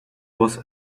was